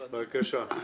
בבקשה.